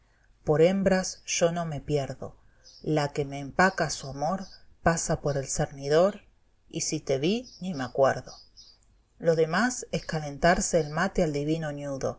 por hembras yo no me pierdo la que m empaca su amor pasa por el cernidor y si te vi no me acuerdo lo demás es calentarse el mate al divino